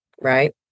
Right